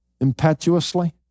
impetuously